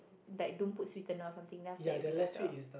like don't put sweetener or something then after that it would be better